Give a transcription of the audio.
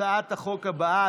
הצעת החוק הבאה,